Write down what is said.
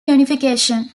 unification